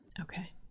okay